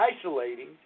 isolating